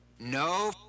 No